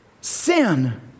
sin